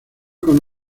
con